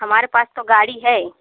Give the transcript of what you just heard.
हमारे पास तो गाड़ी है